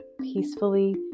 peacefully